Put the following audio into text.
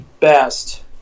best